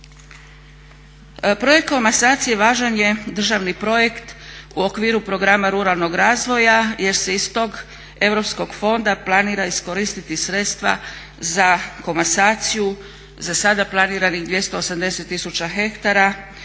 Projekt komasacije važan je državni projekt u okviru programa ruralnog razvoja jer se iz tog europskog fonda planira iskoristiti sredstva za komasaciju za sada planiranih 280 000 hektara